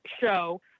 show